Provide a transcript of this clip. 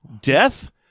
death